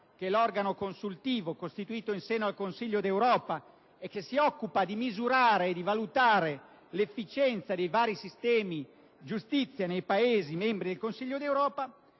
che è l'organo consultivo costituito in seno al Consiglio d'Europa, che si occupa di misurare e di valutare l'efficienza dei vari sistemi giustizia nei diversi Paesi membri - ha approvato